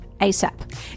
ASAP